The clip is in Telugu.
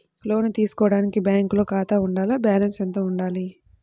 లోను తీసుకోవడానికి బ్యాంకులో ఖాతా ఉండాల? బాలన్స్ ఎంత వుండాలి?